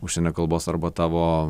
užsienio kalbos arba tavo